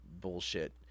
bullshit